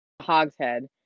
Hogshead